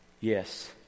yes